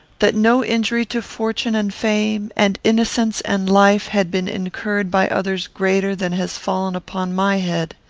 that no injury to fortune and fame, and innocence and life, had been incurred by others greater than has fallen upon my head!